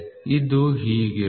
ಇದು ಹೀಗಿರುತ್ತದೆ